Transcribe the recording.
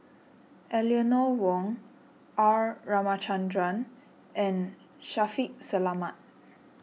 Eleanor Wong R Ramachandran and Shaffiq Selamat